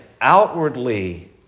outwardly